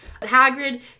Hagrid